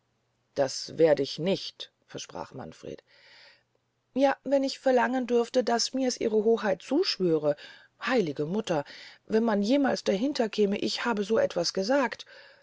das werd ich nicht sprach manfred ja wenn ich verlangen dürfte daß mirs ihre hoheit zuschwüren heilige mutter wenn man jemals dahinterkäme ich habe so etwas gesagt